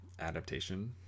adaptation